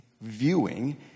viewing